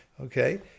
okay